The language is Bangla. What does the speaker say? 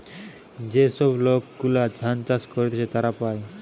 যে সব লোক গুলা ধান চাষ করতিছে তারা পায়